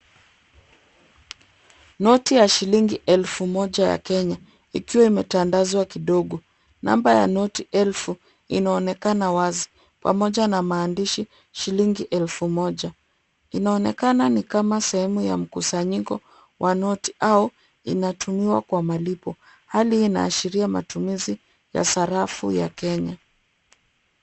Noti ya shilingi elfu moja ya Kenya. Ikiwa imetandazwa kidogo. Namba ya noti elfu inaonekana wazi pamoja na maandishi shilingi elfu moja. Inaonekana ni kama sehemu ya mkusanyiko wa noti au inatumiwa kwa malipo. Hali hii inaashiria matumizi ya sarafu ya Kenya.